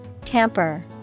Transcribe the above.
Tamper